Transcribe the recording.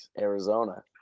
Arizona